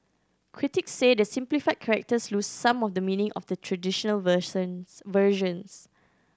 critics say the simplified characters lose some of the meaning of the traditional versions